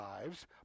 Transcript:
lives